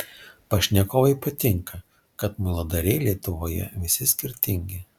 pašnekovei patinka kad muiladariai lietuvoje visi skirtingi